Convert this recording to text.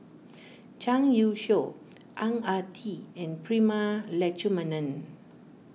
Zhang Youshuo Ang Ah Tee and Prema Letchumanan